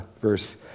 verse